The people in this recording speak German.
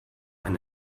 ein